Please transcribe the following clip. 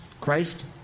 Christ